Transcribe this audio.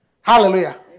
Hallelujah